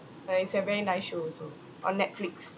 but it's a very nice show also on Netflix